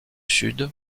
sud